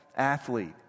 athlete